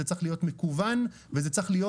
זה צריך להיות מקוון וזה צריך להיות